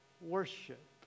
worship